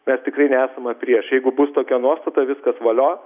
bet tikrai nesame prieš jeigu bus tokia nuostata viskas valio